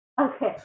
Okay